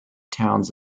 towns